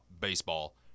baseball